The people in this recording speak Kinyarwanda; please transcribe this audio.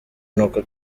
n’uko